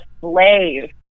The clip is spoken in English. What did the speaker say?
slave